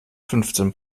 fünfzehn